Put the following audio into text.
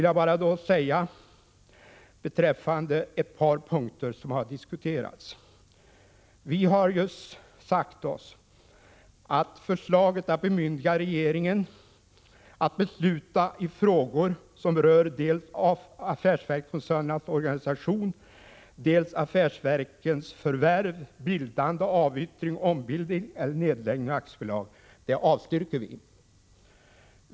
Låt mig bara beröra ett par punkter som har diskuterats. Vi har avstyrkt förslaget att bemyndiga regeringen att besluta i frågor som rör dels affärsverkskoncernernas organisation, dels affärsverkens förvärv, bildande, avyttring, ombildning och nedläggning av aktiebolag.